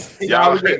y'all